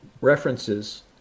references